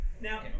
Now